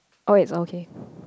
oh it's okay